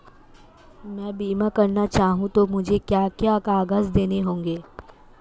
मैं बीमा करना चाहूं तो मुझे क्या क्या कागज़ देने होंगे?